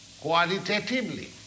qualitatively